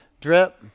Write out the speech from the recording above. drip